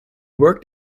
worked